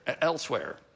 elsewhere